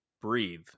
breathe